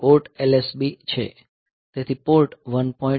port 1 LSB છે તેથી port 1